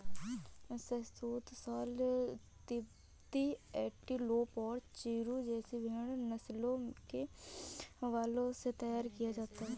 शहतूश shawl तिब्बती antelope और चिरु जैसी भेड़ नस्लों के बालों से तैयार किया जाता है